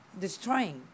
Destroying